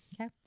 Okay